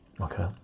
okay